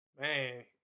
man